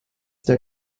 der